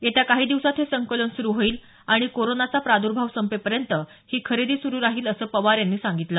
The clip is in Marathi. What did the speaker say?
येत्या काही दिवसात हे संकलन सुरु होईल आणि कोरोनाचा प्रादुर्भाव संपेपर्यंत ही खरेदी सुरु राहील असं पवार यांनी सांगितलं